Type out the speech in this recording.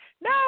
No